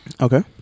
Okay